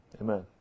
Amen